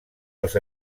els